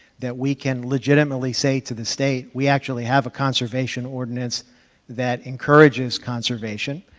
that we can legitimately say to the state we actually have a conservation ordinance that encourages conservation,